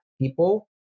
people